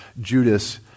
Judas